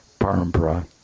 Parampara